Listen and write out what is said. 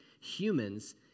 humans